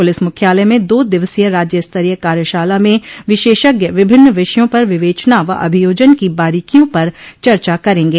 police मुख्यालय में दो दिवसीय राज्यस्तरीय कार्यशाला में विशेषज्ञ विभिन्न विषयों पर विवेचना व अभियोजन की बारीकियों पर चर्चा करेंगे